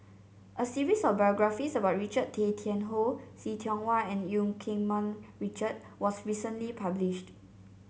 a series of biographies about Richard Tay Tian Hoe See Tiong Wah and Eu Keng Mun Richard was recently published